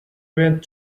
went